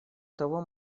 того